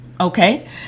okay